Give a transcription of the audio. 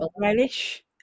relish